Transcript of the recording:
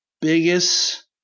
biggest